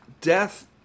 death